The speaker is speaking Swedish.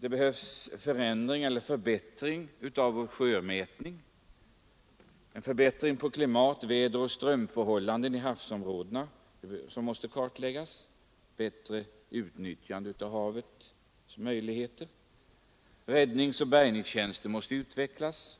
Det krävs en förbättring av vår sjömätning och en bättre kartläggning av klimat, väder och strömförhållanden i havsområdet, så att vi bättre kan utnyttja de möjligheter havet ger. Räddningsoch bärgningstjänsten måste utvecklas.